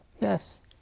Yes